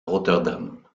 rotterdam